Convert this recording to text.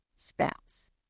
spouse